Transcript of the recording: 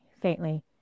faintly